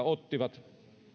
ottivat